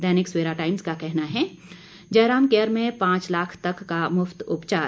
दैनिक Savera Times का कहना है जयराम केयर में पांच लाख तक का मुफ्त उपचार